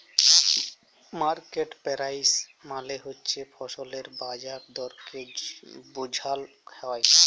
market price মালে হছে ফসলের বাজার দরকে বুঝাল হ্যয়